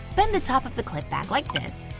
bend the top of the clip back like this.